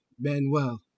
Manuel